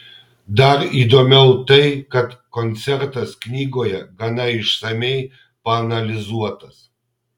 dar įdomiau tai kad koncertas knygoje gana išsamiai paanalizuotas